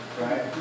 right